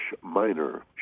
minor